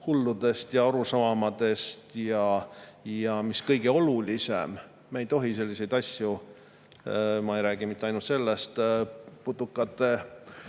hulludest arusaamadest. Ja mis kõige olulisem: me ei tohi selliseid asju – ma ei räägi mitte ainult putukate